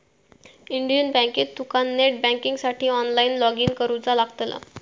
Indian बँकेत तुका net बँकिंगसाठी ऑनलाईन लॉगइन करुचा लागतला